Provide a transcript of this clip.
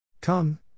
Come